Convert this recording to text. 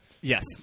Yes